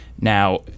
Now